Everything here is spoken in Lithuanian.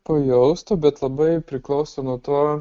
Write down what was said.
pajaustų bet labai priklauso nuo to